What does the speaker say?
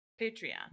Patreon